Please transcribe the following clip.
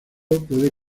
puede